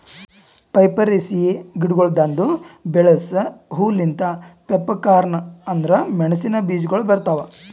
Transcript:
ಪೈಪರೇಸಿಯೆ ಗಿಡಗೊಳ್ದಾಂದು ಬೆಳಸ ಹೂ ಲಿಂತ್ ಪೆಪ್ಪರ್ಕಾರ್ನ್ ಅಂದುರ್ ಮೆಣಸಿನ ಬೀಜಗೊಳ್ ಬರ್ತಾವ್